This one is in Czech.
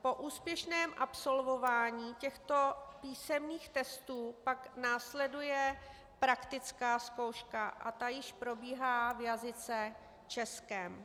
Po úspěšném absolvování těchto písemných testů pak následuje praktická zkouška a ta již probíhá v jazyce českém.